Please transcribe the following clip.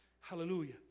Hallelujah